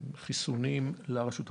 חיסונים לרשות הפלסטינית.